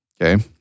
Okay